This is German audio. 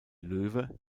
löwe